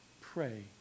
pray